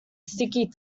sticky